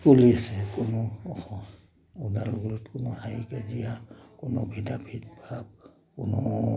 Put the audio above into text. চলি আছে কোনো ওদালগুৰিত কোনো হাই কাজিয়া কোনো ভেদাভেদ ভাৱ কোনো